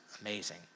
amazing